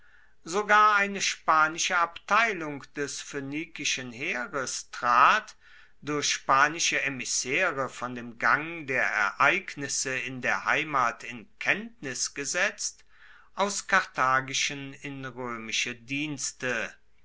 sogar eine spanische abteilung des phoenikischen heeres trat durch spanische emissaere von dem gang der ereignisse in der heimat in kenntnis gesetzt aus karthagischen in roemische dienste